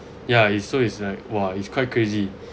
ya it's so it's like !wah! it's quite crazy